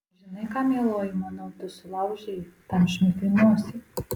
žinai ką mieloji manau tu sulaužei tam šmikiui nosį